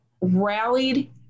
rallied